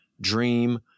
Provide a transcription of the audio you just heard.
Dream